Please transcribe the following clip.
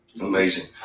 Amazing